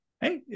Hey